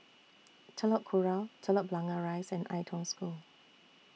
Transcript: Telok Kurau Telok Blangah Rise and Ai Tong School